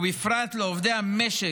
ובפרט עובדי המשק,